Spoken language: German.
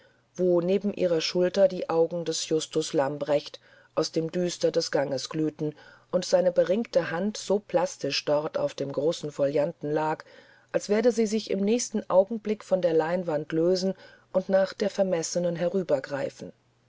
wo neben ihrer schulter die augen des justus lamprecht aus dem düster des ganges glühten und seine beringte hand so plastisch dort auf dem großen folianten lag als werde sie sich im nächsten augenblick von der leinwand lösen und nach der vermessenen